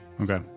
Okay